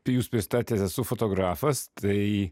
pijus pristatė esu fotografas tai